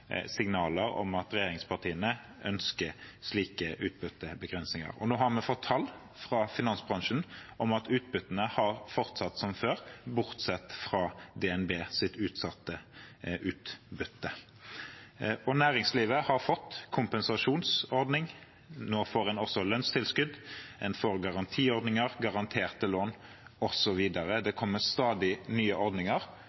signaler om at regjeringspartiene ønsker slike utbyttebegrensninger, og nå har vi fått tall fra finansbransjen om at utbyttene har fortsatt som før, bortsett fra DNBs utsatte utbytte. Næringslivet har fått kompensasjonsordning. Nå får en også lønnstilskudd, en får garantiordninger, garanterte lån osv. Det